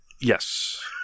Yes